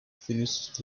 finished